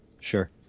Sure